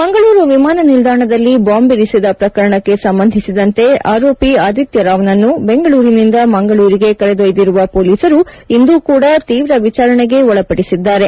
ಮಂಗಳೂರು ವಿಮಾನ ನಿಲ್ಲಾಣದಲ್ಲಿ ಬಾಂಬ್ ಇರಿಸಿದ ಪ್ರಕರಣಕ್ಕೆ ಸಂಬಂಧಿಸಿದಂತೆ ಆರೋಪಿ ಆದಿತ್ಯ ರಾವ್ನನ್ನು ಬೆಂಗಳೂರಿನಿಂದ ಮಂಗಳೂರಿಗೆ ಕರೆದೊಯ್ದಿರುವ ಪೊಲೀಸರು ಇಂದು ಕೂಡ ತೀವ್ರ ವಿಚಾರಣೆಗೆ ಒಳಪಡಿಸಿದ್ದಾರೆ